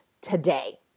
today